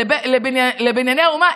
לבנייני האומה,